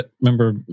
Remember